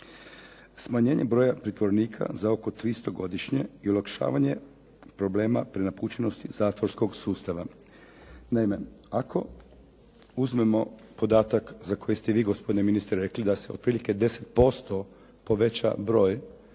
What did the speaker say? Smanjenje broja pritvorenika za oko 300 godišnje i olakšavanje problema prenapučenosti zatvorskog sustava. Naime, ako uzmemo podatak za koji ste vi gospodine ministre rekli da se otprilike 10% poveća broj